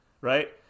Right